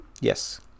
Yes